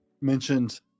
mentioned